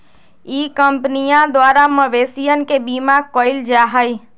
ई कंपनीया द्वारा मवेशियन के बीमा कइल जाहई